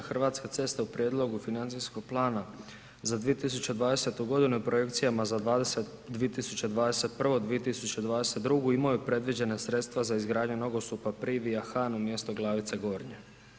Hrvatske ceste u Prijedlogu financijskog plana za 2020. g. i projekcijama za 2021. i 2022. imao je predviđena sredstva za izgradnju nogostupa Privija-Han u mjestu Glavice Gornje.